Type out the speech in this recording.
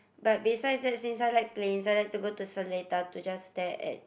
but besides that since I like planes I like to go to Seletar to just stare at